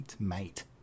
Mate